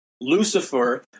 Lucifer